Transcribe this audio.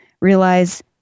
realize